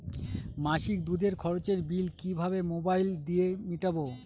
মাসিক দুধের খরচের বিল কিভাবে মোবাইল দিয়ে মেটাব?